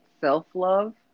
self-love